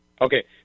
Okay